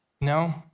no